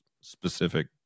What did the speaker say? specific